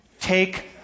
Take